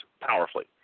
powerfully